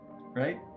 right